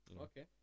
Okay